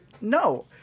No